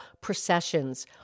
processions